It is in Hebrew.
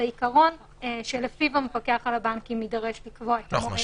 העיקרון שלפיו המפקח על הבנקים יידרש לקבוע את המועד.